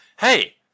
Hey